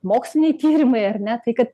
moksliniai tyrimai ar ne tai kad